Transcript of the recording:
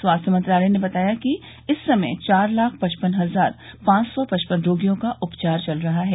स्वास्थ्य मंत्रालय ने बताया कि इस समय चार लाख पचपन हजार पांच सौ पचपन रोगियों का उपचार चल रहा है